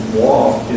walk